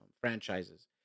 franchises